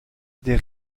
des